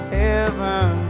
heaven